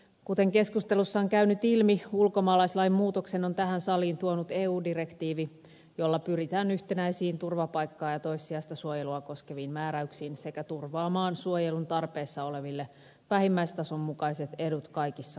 kuten keskustelussa on käynyt ilmi ulkomaalaislain muutoksen on tähän saliin tuonut eu direktiivi jolla pyritään yhtenäisiin turvapaikkaa ja toissijaista suojelua koskeviin määräyksiin sekä turvaamaan suojelun tarpeessa oleville vähimmäistason mukaiset edut kaikissa maissa